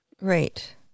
Right